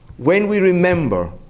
when we remember,